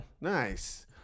Nice